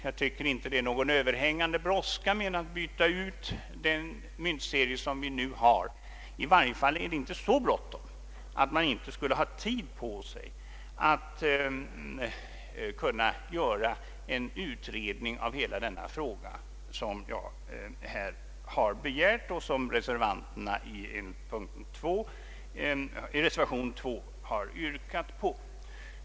Det är enligt min mening inte någon överhängande brådska med att byta ut den myntserie vi nu har. I varje fall är det inte så bråttom att man inte skulle ha tid på sig att göra en utredning av hela denna fråga, vilket jag också begärt och reservanterna i reservation 2 har yrkat på.